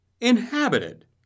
inhabited